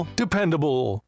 dependable